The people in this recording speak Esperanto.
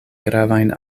gravajn